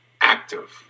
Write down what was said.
active